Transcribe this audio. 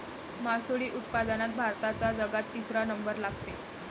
मासोळी उत्पादनात भारताचा जगात तिसरा नंबर लागते